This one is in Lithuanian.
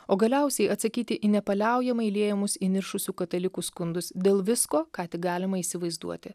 o galiausiai atsakyti į nepaliaujamai liejamus įniršusių katalikų skundus dėl visko ką tik galima įsivaizduoti